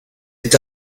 est